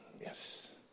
Yes